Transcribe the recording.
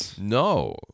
No